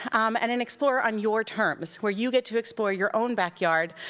um and an explorer on your terms, where you get to explore your own backyard,